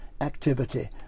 activity